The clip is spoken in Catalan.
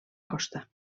costa